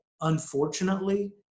unfortunately